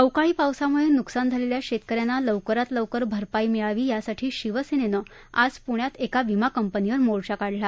अवकाळी पावसामुळे नुकसान झालेल्या शेतक यांना लवकरात लवकर भरपाई मिळावी यासाठी शिवसेनेन आज पृण्यात एका विमा कंपनीवर मोर्चा काढला